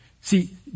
See